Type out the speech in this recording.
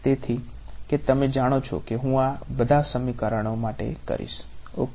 તેથી કે તમે જાણો છો કે હું તે આ બધા સમીકરણો માટે કરીશ ઓકે